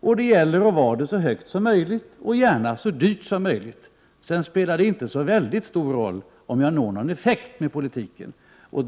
och det gäller att vara det så högt som möjligt och gärna så dyrt som möjligt. Sedan spelar det inte så stor roll om man når någon effekt med den politiken.